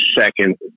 second